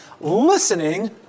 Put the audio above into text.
listening